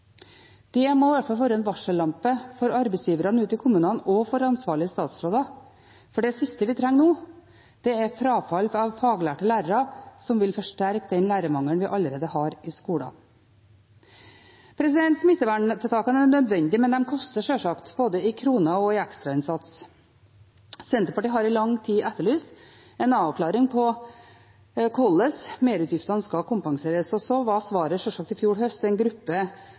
må i hvert fall være en varsellampe for arbeidsgiverne ute i kommunene og for ansvarlige statsråder, for det siste vi trenger nå, er frafall av faglærte lærere, som vil forsterke den lærermangelen vi allerede har i skolen. Smitteverntiltakene er nødvendige, men de koster, sjølsagt, både i kroner og i ekstrainnsats. Senterpartiet har i lang tid etterlyst en avklaring på hvordan merutgiftene skal kompenseres, og så var sjølsagt svaret i fjor høst en gruppe